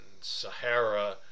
Sahara